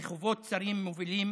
רחובות צרים מובילים